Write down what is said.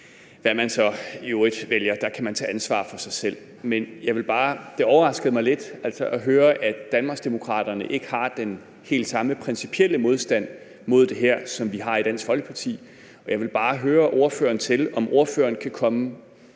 hvad man så i øvrigt vælger. Der kan man tage ansvar for sig selv. Men det overraskede mig altså lidt at høre, at Danmarksdemokraterne ikke har den helt samme principielle modstand mod det her, som vi har i Dansk Folkeparti. Jeg vil bare høre ordføreren til, om ordføreren kan komme